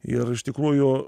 ir iš tikrųjų